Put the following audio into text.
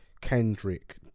Kendrick